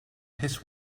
his